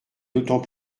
d’autant